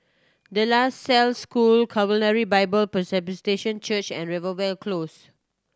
De La Salle School Calvary Bible Presbyterian Church and Rivervale Close